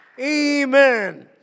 Amen